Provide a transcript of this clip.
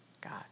God